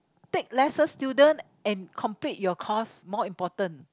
take lesser student and complete your course more important